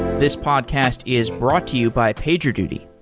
this podcast is brought to you by pagerduty.